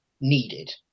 needed